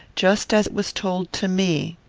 just as it was told to me.